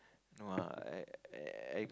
no lah I I